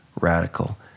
radical